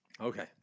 Okay